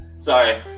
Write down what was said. Sorry